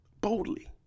Boldly